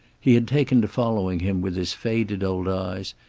he had taken to following him with his faded old eyes,